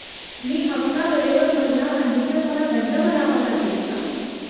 मी हफ्ता वेळेवर भरला नाही तर मला दंड भरावा लागेल का?